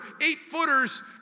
eight-footers